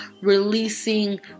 releasing